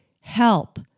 help